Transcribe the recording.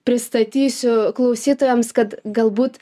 pristatysiu klausytojams kad galbūt